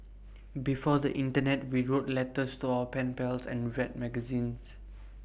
before the Internet we wrote letters to our pen pals and read magazines